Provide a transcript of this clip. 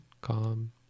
calm